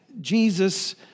Jesus